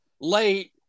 late